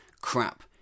crap